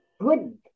good